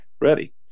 ready